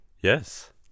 Yes